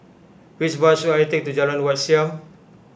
which bus should I take to Jalan Wat Siam